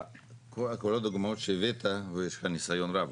כל הדוגמאות שהבאת, ויש לך ניסיון רב,